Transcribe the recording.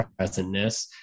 presentness